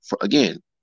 again